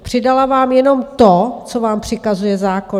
Přidala jenom to, co vám přikazuje zákon!